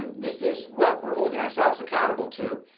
um this is what we're holding ourselves accountable to.